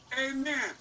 amen